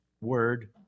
word